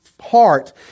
heart